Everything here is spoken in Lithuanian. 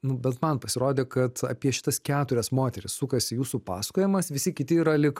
nu bent man pasirodė kad apie šitas keturias moteris sukasi jūsų pasakojimas visi kiti yra lyg